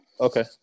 okay